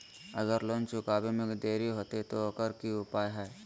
अगर लोन चुकावे में देरी होते तो ओकर की उपाय है?